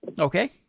Okay